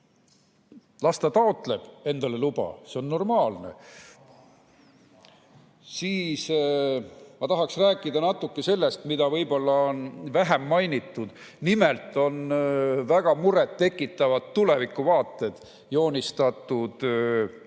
Las ta taotleb endale luba, see on normaalne. Ma tahaksin rääkida natuke sellest, mida võib-olla on vähem mainitud. Nimelt on väga muret tekitavad tulevikuvaated joonistatud täiesti